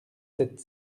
sept